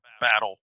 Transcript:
battle